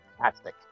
fantastic